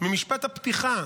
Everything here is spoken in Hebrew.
ממשפט הפתיחה